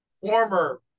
former